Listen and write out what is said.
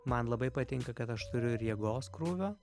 man labai patinka kad aš turiu ir jėgos krūvio